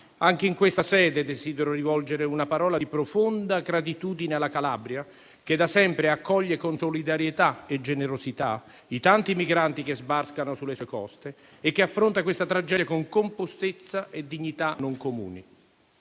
Anche in questa sede desidero rivolgere una parola di profonda gratitudine alla Calabria, che da sempre accoglie con solidarietà e generosità i tanti migranti che sbarcano sulle sue coste e che affronta questa tragedia con compostezza e dignità non comuni.